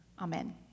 Amen